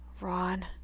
Ron